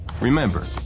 Remember